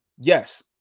yes